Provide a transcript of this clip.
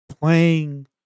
playing